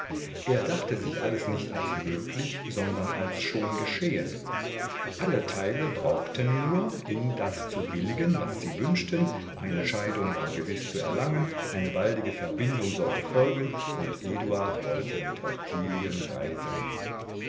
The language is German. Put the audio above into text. er dachte sich alles nicht als möglich sondern als schon geschehen alle teile brauchten nur in das zu willigen was sie wünschten eine scheidung war gewiß zu erlangen eine baldige verbindung sollte folgen und eduard wollte mit ottilien reisen